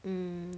mm